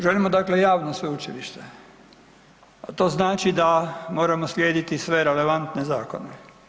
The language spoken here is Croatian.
Želimo dakle javno sveučilište, a to znači da moramo slijediti sve relevantne zakone.